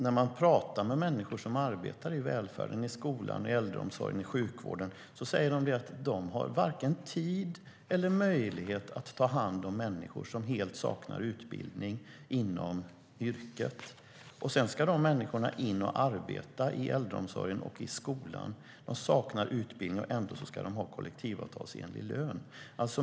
När man pratar med människor som arbetar i välfärden - skolan, äldreomsorgen och sjukvården - säger de att de har varken tid eller möjlighet att ta hand om människor som helt saknar utbildning inom yrket. De människorna ska alltså in och arbeta i äldreomsorgen och skolan. De saknar utbildning, och ändå ska de ha kollektivavtalsenlig lön.